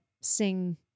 sing